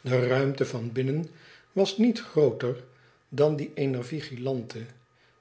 de ruimte van binnen was niet grooter dan die eener vigilante